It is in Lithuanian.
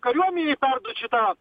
kariuomenei perduot šitą